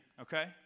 okay